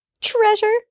treasure